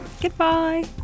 Goodbye